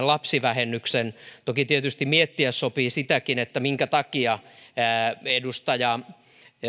lapsivähennyksen tietysti sopii miettiä sitäkin minkä takia edustaja